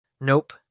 Nope